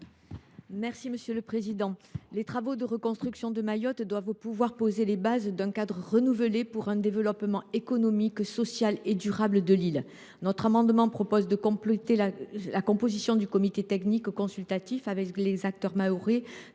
Mme Viviane Artigalas. Les travaux de reconstruction de Mayotte doivent permettre de poser les bases d’un cadre renouvelé du développement économique, social et durable de l’archipel. Notre amendement vise donc à compléter la composition du comité technique consultatif avec les acteurs mahorais